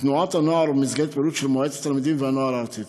בתנועת הנוער ובמסגרת פעילות של מועצת התלמידים והנוער הארצית.